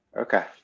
okay